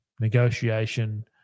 negotiation